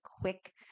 quick